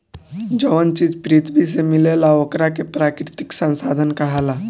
जवन चीज पृथ्वी से मिलेला ओकरा के प्राकृतिक संसाधन कहाला